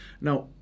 Now